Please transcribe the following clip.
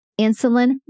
insulin